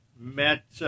met